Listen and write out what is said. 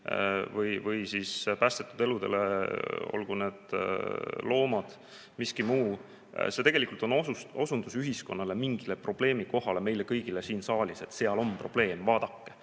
või päästetud eludele, olgu need loomad või miski muu, on osundus ühiskonnale, mingile probleemkohale, meile kõigile siin saalis, et seal on probleem, vaadake.